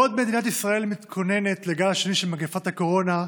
בעוד מדינת ישראל מתכוננת לגל השני של מגפת הקורונה,